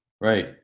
Right